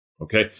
okay